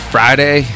Friday